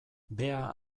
bea